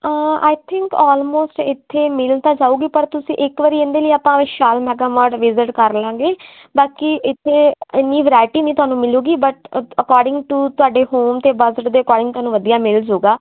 ਆਈ think almost ਇਥੇ ਮਿਲ ਤਾਂ ਜਾਊਗੀ ਪਰ ਤੁਸੀਂ ਇੱਕ ਵਾਰੀ ਇਹਦੇ ਲਈ ਆਪਾਂ ਵਿਸ਼ਾਲ ਮੈਗਾਮਾਟ ਵਿਜਿਟ ਕਰ ਲਵਾਂਗੇ ਬਾਕੀ ਇਥੇ ਇੰਨੀ ਵਰਾਇਟੀ ਨਹੀਂ ਤੁਹਾਨੂੰ ਮਿਲੂਗੀ ਬਟ ਅਕੋਰਡਿੰਗ ਟੂ ਤੁਹਾਡੇ ਹੋਮ ਅਤੇ ਬਜਟ ਦੇ ਅਕੋਡਿੰਗ ਤੁਹਾਨੂੰ ਵਧੀਆ ਮਿਲੂਗਾ